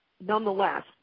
nonetheless